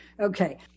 Okay